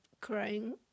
crying